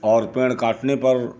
और पेड़ काटने पर